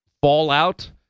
fallout